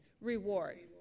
Reward